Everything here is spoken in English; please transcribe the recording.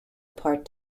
part